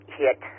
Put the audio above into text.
hit